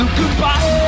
goodbye